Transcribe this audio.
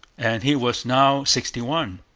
and he was now sixty-one.